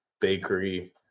bakery